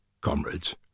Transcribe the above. comrades